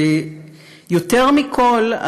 ויותר מכול,